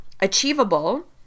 Achievable